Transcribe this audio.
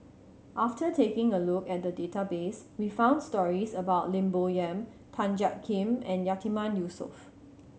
after taking a look at the database we found stories about Lim Bo Yam Tan Jiak Kim and Yatiman Yusof